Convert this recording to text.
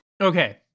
Okay